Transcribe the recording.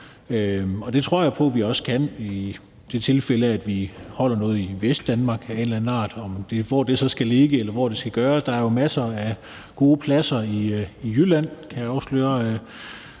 det tror jeg på vi også kan i det tilfælde, at vi holder noget i Vestdanmark af en eller anden art, hvor end det så skal ligge, eller hvordan det end skal gøres. Der er jo masser af gode pladser i Jylland, kan jeg afsløre,